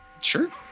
Sure